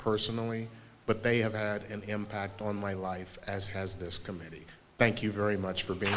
personally but they have had an impact on my life as has this committee thank you very much for being